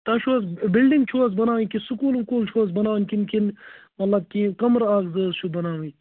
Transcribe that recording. تۄہہِ چھُو حظ بِلڈِنٛگ چھُو حظ بناوٕنۍ کِنہٕ سکوٗل ووکوٗل چھُو حظ بناوُن کِنہٕ کِنہٕ مطلب کہ کَمبرٕ اَکھ زٕ حظ چھُو بناوٕنۍ